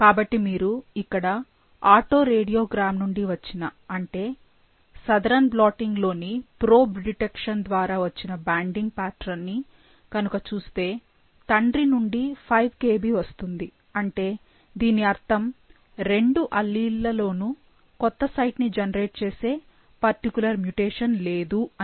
కాబట్టి మీరు ఇక్కడ ఆటో రేడియోగ్రామ్ నుండి వచ్చిన అంటే సథరన్ బ్లాటింగ్ లోని ప్రోబ్ డిటెక్షన్ ద్వారా వచ్చిన బ్యాండింగ్ ప్యాట్రన్ ని గనుక చూస్తే తండ్రి నుండి 5 Kb వస్తుంది అంటే దీని అర్థము రెండూ అల్లీల్ లలోనూ కొత్త సైట్ ని జెనెరేట్ చేసే పర్టికులర్ మ్యుటేషన్ లేదు అని